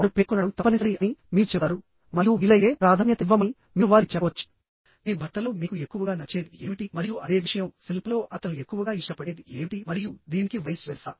వారు పేర్కొనడం తప్పనిసరి అని మీరు చెప్తారు మరియు వీలైతే ప్రాధాన్యత ఇవ్వమని మీరు వారికి చెప్పవచ్చు మీ భర్తలో మీకు ఎక్కువగా నచ్చేది ఏమిటి మరియు అదే విషయం శిల్పలో అతను ఎక్కువగా ఇష్టపడేది ఏమిటి మరియు దీనికి వైస్ వెర్సా